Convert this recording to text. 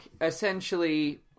essentially